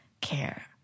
care